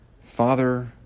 Father